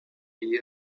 liée